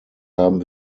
haben